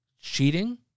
Cheating